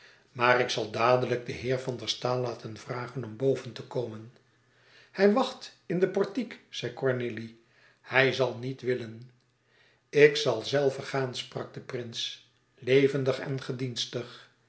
maar ik zal dadelijk den heer van der staal laten vragen boven te komen hij wacht in den portiek zei cornélie hij zal niet willen ik zal zelve gaan sprak de prins levendig en gedienstig